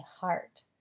heart